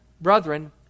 brethren